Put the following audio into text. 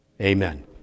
Amen